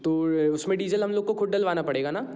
तो उसमें डीजल हम लोग को खुद डलवाना पड़ेगा ना